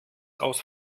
aus